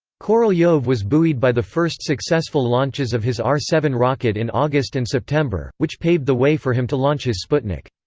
korolev was buoyed by the first successful launches of his r seven rocket in august and september, which paved the way for him to launch his sputnik.